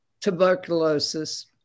tuberculosis